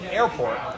airport